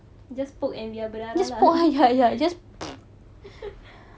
just poke and biar berdarah lah